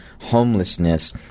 homelessness